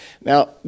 Now